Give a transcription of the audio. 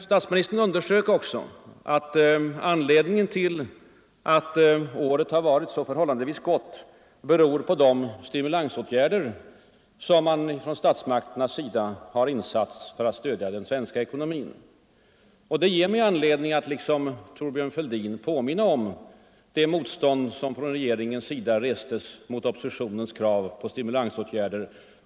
Statsministern underströk vidare att orsaken till att året har varit så förhållandevis gott är de stimulansåtgärder som man från statsmakternas lja den svenska ekonomin. Det ger mig anledning att liksom Thorbjörn Fälldin påminna om det motstånd som sida har vidtagit för att stå regeringen under mycket lång tid reste mot oppositionens krav på stimulansåtgärder.